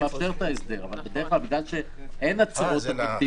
אבל בדרך כלל בגלל שאין --- אובייקטיביות,